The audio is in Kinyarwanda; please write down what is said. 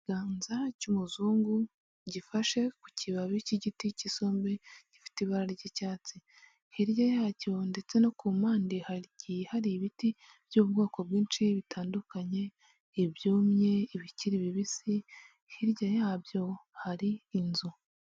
Ikiganza cy'umuzungu gifashe ku kibabi cy'igiti cy'isombe gifite ibara ry'icyatsi hirya yacyo ndetse no ku mpande hagiye hari ibiti by'ubwoko bwinshi bitandukanye ibyumye, ibikiri bibisi, hirya yabyo hari inzu.